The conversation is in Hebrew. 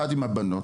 אחת, זה עם הבנות.